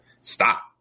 stop